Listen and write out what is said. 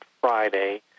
Friday